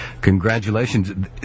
congratulations